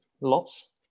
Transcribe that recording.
lots